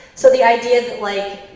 so the idea's like,